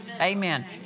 Amen